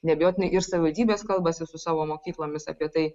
neabejotinai ir savivaldybės kalbasi su savo mokyklomis apie tai